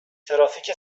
ترافیک